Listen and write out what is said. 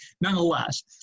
nonetheless